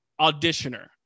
auditioner